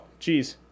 jeez